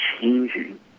changing